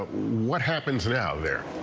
what happens now there.